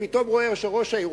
כי הוא פתאום ראה את ראש העיר.